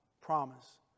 promise